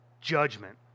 judgment